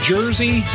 Jersey